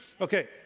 Okay